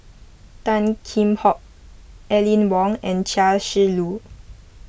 Tan Kheam Hock Aline Wong and Chia Shi Lu